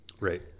right